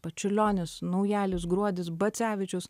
pats čiurlionis naujalis gruodis bacevičius